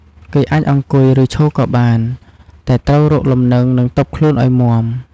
គេអាចអង្គុយ ឬឈរក៏បាន តែត្រូវរកលំនឹងនិងទប់ខ្លួនឱ្យមាំ។